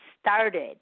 started